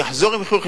יחזור עם חיוך,